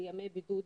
יופי,